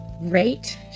Rate